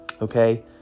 Okay